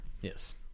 Yes